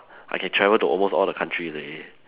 !wah! I can travel to almost all the countries already